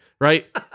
Right